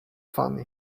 funny